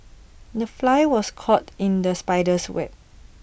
the fly was caught in the spider's web